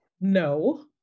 no